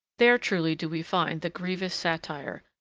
there truly do we find the grievous satire,